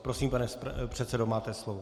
Prosím, pane předsedo, máte slovo.